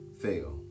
fail